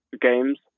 games